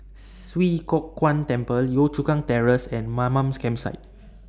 Swee Kow Kuan Temple Yio Chu Kang Terrace and Mamam Campsite